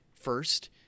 first